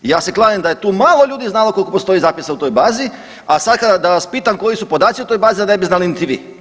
I ja se kladim da je tu malo ljudi znalo koliko postoji zapisa u toj bazi, a sad da vas pitam koji su podaci u toj bazi da ne bi znali niti vi.